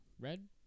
Red